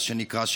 מה שנקרא,